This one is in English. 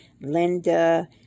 Linda